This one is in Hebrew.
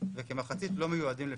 וכמחצית לא מיועדים לפיתוח.